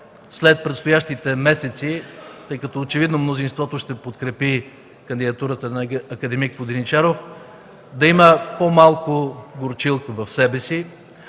след предстоящите месеци, тъй като очевидно мнозинството ще подкрепи кандидатурата на акад. Воденичаров, да има по-малко горчилка в себе си,